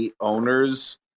owners